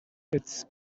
its